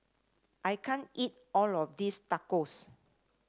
I can't eat all of this Tacos